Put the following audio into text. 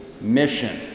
mission